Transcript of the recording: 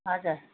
हजुर